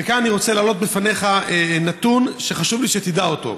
וכאן אני רוצה להעלות בפניך נתון שחשוב לי שתדע אותו.